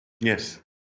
Yes